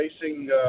facing